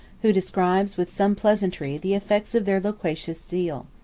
who describes, with some pleasantry, the effects of their loquacious zeal.